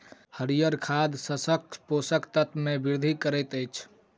हरीयर खाद शस्यक पोषक तत्व मे वृद्धि करैत अछि